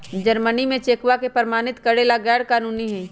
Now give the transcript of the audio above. Germany में चेकवा के प्रमाणित करे ला गैर कानूनी हई